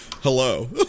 hello